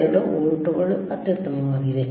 92 ವೋಲ್ಟ್ಗಳು ಅತ್ಯುತ್ತಮವಾಗಿದೆ